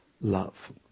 love